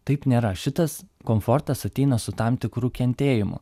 taip nėra šitas komfortas ateina su tam tikru kentėjimu